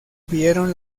vieron